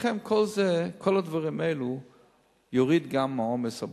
לכן כל הדברים האלה יורידו גם כן עומס מבתי-החולים.